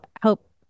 help